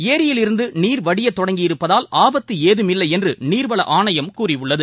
ஏரியிலிருந்து நீர் வடிய தொடங்கியிருப்பதால் ஆபத்து ஏதுமில்லை என்று நீர்வள ஆணையம் கூறியுள்ளது